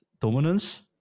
dominance